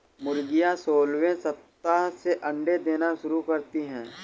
मुर्गियां सोलहवें सप्ताह से अंडे देना शुरू करती है